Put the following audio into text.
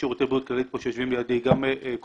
גם שירותי בריאות כללית פה,